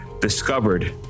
discovered